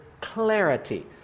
clarity